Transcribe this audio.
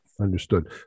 understood